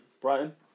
Brighton